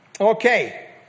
Okay